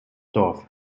dorf